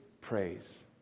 praise